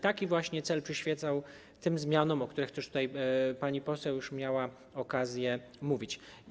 Taki właśnie cel przyświecał tym zmianom, o których pani poseł już miała okazję mówić.